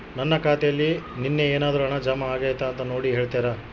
ನನ್ನ ಖಾತೆಯಲ್ಲಿ ನಿನ್ನೆ ಏನಾದರೂ ಹಣ ಜಮಾ ಆಗೈತಾ ಅಂತ ನೋಡಿ ಹೇಳ್ತೇರಾ?